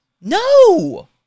No